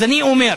אז אני אומר,